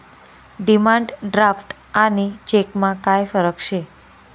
demand draft आणि चेकमा काय फरक शे